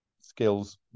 skills